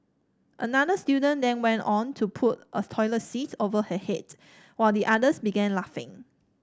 another student then went on to put a toilet seat over her head while the others began laughing